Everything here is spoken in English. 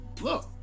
look